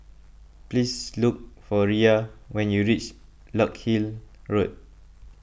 please look for Riya when you reach Larkhill Road